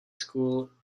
school